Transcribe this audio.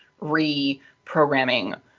reprogramming